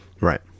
Right